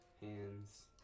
hands